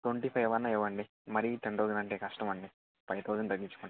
twenty five అన్నా ఇవ్వండి మరి టెన్ థౌసండ్ అంటే కష్టం అండి ఫైవ్ థౌసండ్ తగ్గించుకుంటాం